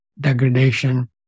degradation